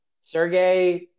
Sergey